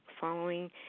following